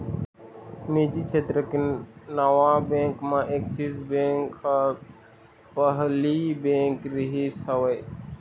निजी छेत्र के नावा बेंक म ऐक्सिस बेंक ह पहिली बेंक रिहिस हवय